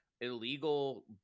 illegal